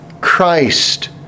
Christ